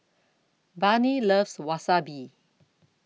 Barnie loves Wasabi